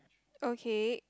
okay